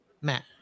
Matt